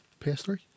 PS3